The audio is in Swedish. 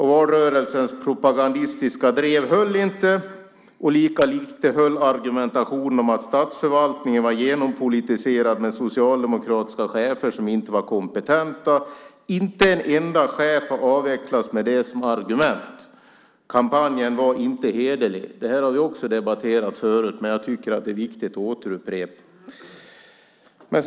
Valrörelsens propagandistiska drev höll inte, och lika lite höll argumentationen om att statsförvaltningen var genompolitiserad med socialdemokratiska chefer som inte var kompetenta. Inte en enda chef har avvecklats med det som argument. Kampanjen var inte hederlig. Det har vi också debatterat förut, men jag tycker att det är viktigt att upprepa det.